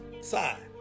side